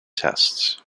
tests